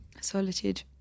solitude